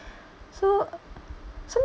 so